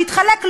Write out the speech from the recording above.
שיתחלק,